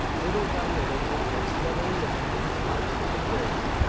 little by little, but steadily as man's march to the grave,